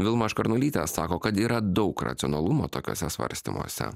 vilma škarnulytė sako kad yra daug racionalumo tokiuose svarstymuose